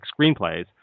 screenplays